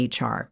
HR